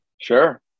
Sure